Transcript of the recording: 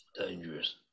dangerous